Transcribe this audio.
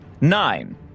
Nine